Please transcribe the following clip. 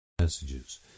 Messages